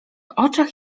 oczach